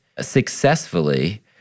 successfully